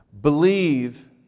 Believe